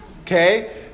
Okay